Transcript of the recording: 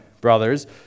brothers